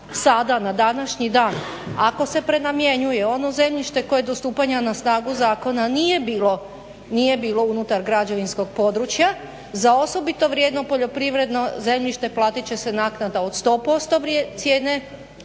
sada na današnji dan ako se prenamjenjuje ono zemljište koje do stupanja na snagu zakona nije bilo unutar građevinskog područja za osobito vrijedno poljoprivredno zemljište platit će se naknada od 100% cijene